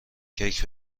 کیک